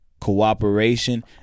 Cooperation